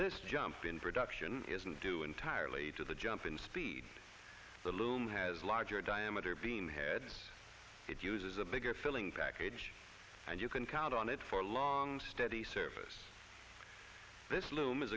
this jump in production isn't due entirely to the jump in speed the loom has a larger diameter beam heads it uses a bigger filling package and you can count on it for a long steady surface this loom